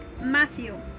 Matthew